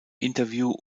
interview